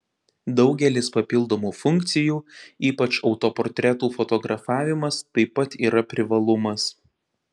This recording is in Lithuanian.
daugelis papildomų funkcijų ypač autoportretų fotografavimas taip pat yra privalumas